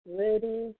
ready